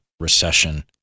Recession